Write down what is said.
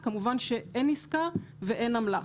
כמובן שאין עסקה ואין עמלה.